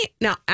now